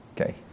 Okay